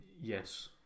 Yes